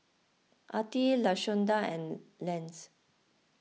Artie Lashonda and Lance